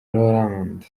rolland